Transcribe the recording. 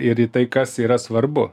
ir į tai kas yra svarbu